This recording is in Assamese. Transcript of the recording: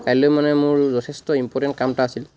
কাইলৈ মানে মোৰ যথেষ্ট ইম্প'ৰ্টেণ্ট কাম এটা আছিল